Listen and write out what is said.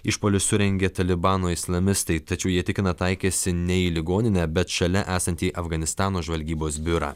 išpuolius surengė talibano islamistai tačiau jie tikina taikęsi ne į ligoninę bet šalia esantį afganistano žvalgybos biurą